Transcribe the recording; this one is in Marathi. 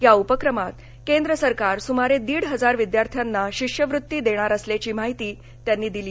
या उपक्रमात केंद्र सरकार सुमारे दीड हजार विद्यार्थ्याना शिष्यवृत्ती देणार असल्याचं ते म्हणाले